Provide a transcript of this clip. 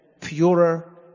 purer